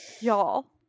y'all